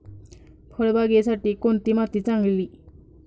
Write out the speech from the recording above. फळबागेसाठी कोणती माती चांगली?